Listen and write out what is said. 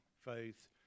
faith